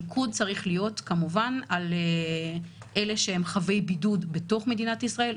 המיקוד צריך להיות על אלה שהם חבי בידוד בתוך מדינת ישראל,